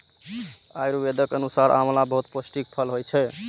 आयुर्वेदक अनुसार आंवला बहुत पौष्टिक फल होइ छै